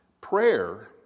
Prayer